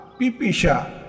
Pipisha